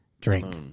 Drink